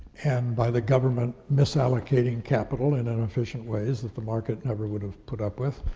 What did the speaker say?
and by the government misallocating capital in inefficient ways that the market never would have put up with.